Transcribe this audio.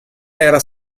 era